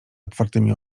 otwartymi